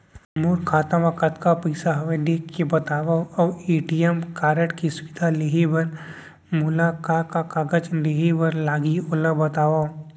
मोर खाता मा कतका पइसा हवये देख के बतावव अऊ ए.टी.एम कारड के सुविधा लेहे बर मोला का का कागज देहे बर लागही ओला बतावव?